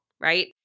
right